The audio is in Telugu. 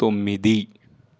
తొమ్మిది